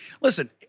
Listen